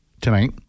tonight